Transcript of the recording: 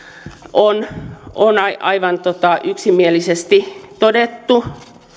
on on aivan yksimielisesti todettu